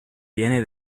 viene